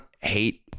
hate